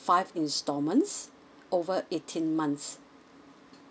five installments over eighteen months